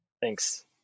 Thanks